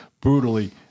Brutally